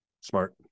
smart